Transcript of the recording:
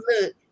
look